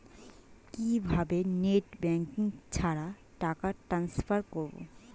কিভাবে net banking ছাড়া টাকা ট্রান্সফার করবো?